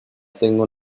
tengo